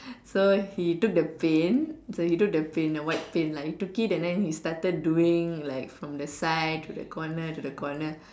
so he took the paint so he took the paint the white paint lah he took it then he started doing from the side to the corner to the corner